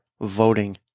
voting